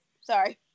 Sorry